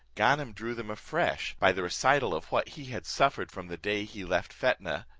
ganem drew them afresh, by the recital of what he had suffered from the day he left fetnah,